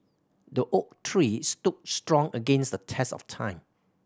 the oak tree stood strong against the test of time